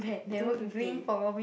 two fifty